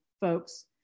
folks